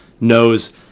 knows